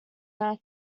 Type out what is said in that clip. now